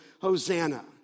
Hosanna